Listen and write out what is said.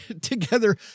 together